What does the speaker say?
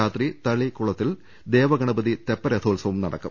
രാത്രി തളി കുളത്തിൽ ദേവഗണപതി തെപ്പരഥോത്സവം നടക്കും